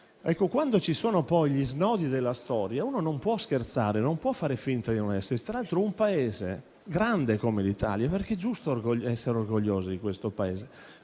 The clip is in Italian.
quando ci sono gli snodi della storia, uno non può scherzare, non può fingere di non esserci. Tra l'altro un Paese grande come l'Italia - perché è giusto esserne orgogliosi - quando ci